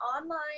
online